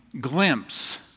glimpse